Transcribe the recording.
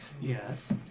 Yes